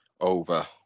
over